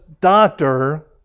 doctor